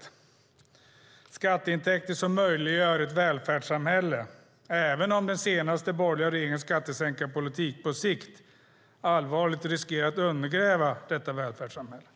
Det är skatteintäkter som möjliggör ett välfärdssamhälle, även om den senaste borgerliga regeringens skattesänkarpolitik på sikt allvarligt riskerar att undergräva detta välfärdssamhälle.